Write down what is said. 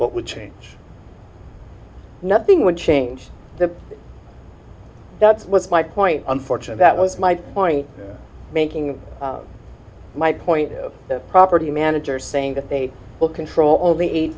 what would change nothing would change the that's was my point unfortunate that was my point making my point of the property manager saying that they will control only eight